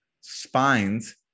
spines